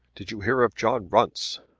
did you hear of john runce?